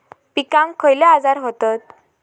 पिकांक खयले आजार व्हतत?